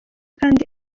kandi